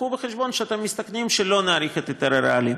תביאו בחשבון שאתם מסתכנים שלא נאריך את היתר הרעלים.